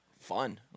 fun